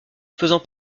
faisant